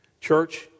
Church